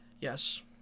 yes